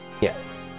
Yes